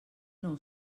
nou